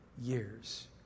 years